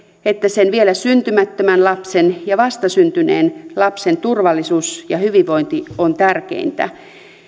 että sen vielä syntymättömän lapsen ja vastasyntyneen lapsen turvallisuus ja hyvinvointi on tärkeintä